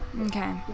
Okay